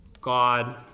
God